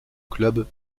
clubs